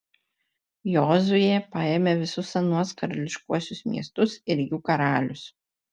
jozuė paėmė visus anuos karališkuosius miestus ir jų karalius